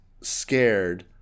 scared